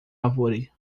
árvore